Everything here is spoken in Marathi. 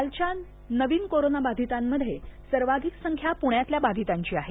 कालच्या नवीन कोरोनाबाधितांमध्ये सर्वाधिक संख्या प्रण्यातल्या बाधितांची आहे